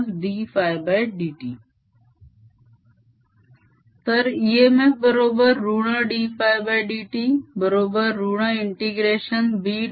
EMF dϕdt तर EMF बरोबर ऋण dφdt बरोबर ऋण इंतेग्रेशन B